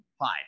five